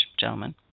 gentlemen